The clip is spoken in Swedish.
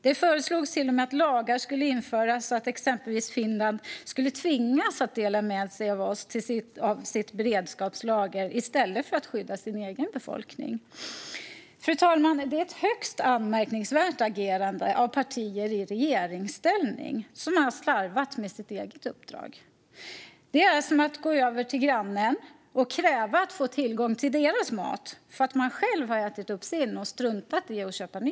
Det föreslogs till och med att lagar skulle införas så att exempelvis Finland skulle tvingas att dela med sig till oss av sitt beredskapslager i stället för att skydda sin egen befolkning. Fru talman! Det är ett högst anmärkningsvärt agerande av partier i regeringsställning som har slarvat med sitt eget uppdrag. Det är som att gå över till grannen och kräva att få tillgång till deras mat för att man själv har ätit upp sin mat och struntat i att köpa ny.